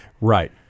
Right